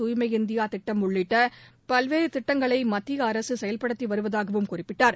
தூய்மை இந்தியா திட்டம் உள்ளிட்ட பல்வேறு திட்டங்களை மத்திய அரசு செயல்படுத்தி வருவதாகவும் குறிப்பிட்டார்